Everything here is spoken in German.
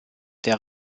der